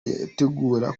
yitegura